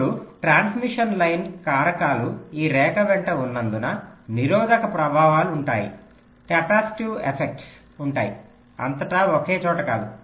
ఇప్పుడు transmission line కారకాలు ఈ రేఖ వెంట ఉన్నందున నిరోధక ప్రభావాలు ఉంటాయి కెపాసిటివ్ ఎఫెక్ట్స్ ఉంటాయి అంతటా ఒకే చోట కాదు